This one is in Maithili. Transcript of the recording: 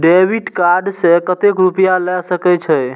डेबिट कार्ड से कतेक रूपया ले सके छै?